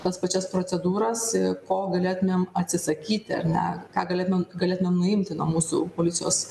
tas pačias procedūras ir ko galėtumėm atsisakyti ar ne ką galėtumėm galėtumėm nuimti nuo mūsų policijos